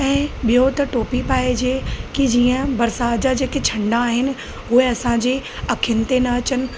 ऐं ॿियो त टोपी पाइजे की जीअं बरिसात जा जेके छंडा आहिनि उहे असांजे अखियुनि ते न अचनि